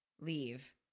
leave